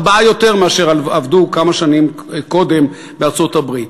ארבעה יותר מאשר כמה שנים קודם בארצות-הברית.